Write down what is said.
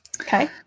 Okay